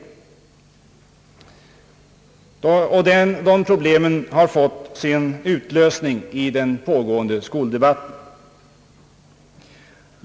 Dessa problem har fått sin utlösning i den pågående skoldebatten.